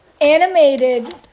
animated